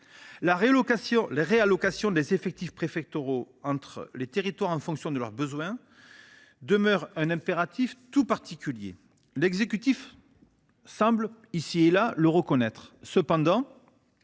la réallocation des effectifs préfectoraux entre les territoires en fonction de leurs besoins demeure un impératif tout particulier. L’exécutif semble, ici ou là, le reconnaître. Cependant,